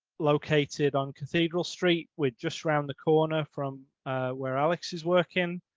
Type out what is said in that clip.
located on cathedral st. we're just around the corner from where alex is working.